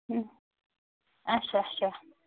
اَچھا اَچھا